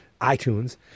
iTunes